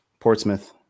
Portsmouth